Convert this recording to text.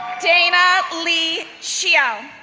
dana leigh hsiao,